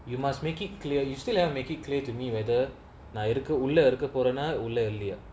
you must make it clear you still have make it clear to me whether நா இருக்கு உள்ள இருக்க போரனா உள்ள இல்லியோ:na iruku ulla iruka poranaa ulla illiyo